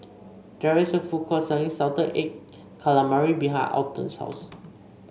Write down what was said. there is a food court selling Salted Egg Calamari behind Alton's house